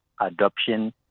adoption